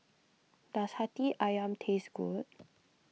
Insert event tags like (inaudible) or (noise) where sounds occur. does Hati Ayam taste good (noise)